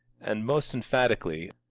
and, most emphatically,